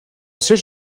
siège